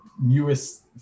newest